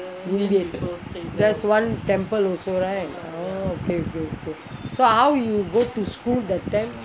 there's one temple also right oh okay okay okay so how you go to school that time